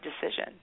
decision